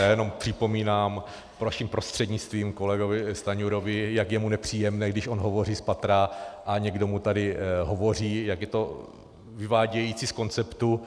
Já jenom připomínám vaším prostřednictvím kolegovi Stanjurovi, jak je mu nepříjemné, když on hovoří spatra a někdo mu tady hovoří, jak je to vyvádějící z konceptu.